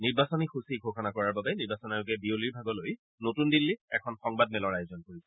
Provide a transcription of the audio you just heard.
নিৰ্বাচনী সূচী ঘোষণা কৰাৰ বাবে নিৰ্বাচন আয়োগে বিয়লিৰ ভাগলৈ নতুন দিল্লীত এখন সংবাদমেলৰ আয়োজন কৰিছে